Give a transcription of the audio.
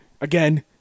Again